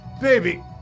Baby